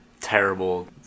Terrible